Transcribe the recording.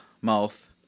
mouth